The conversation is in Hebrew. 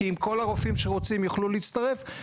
כי אם כל הרופאים שרוצים להצטרף יוכלו,